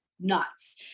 nuts